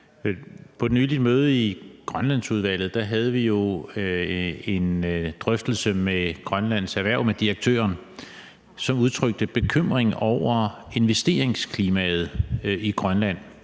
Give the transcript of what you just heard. på et møde i Grønlandsudvalget en drøftelse med direktøren for Grønlands Erhverv, som udtrykte bekymring over investeringsklimaet i Grønland,